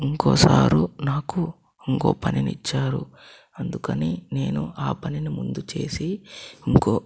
ఇంకో సారు నాకు ఇంకో పనిని ఇచ్చారు అందుకని నేను ఆ పనిని ముందు చేసి ఇంకో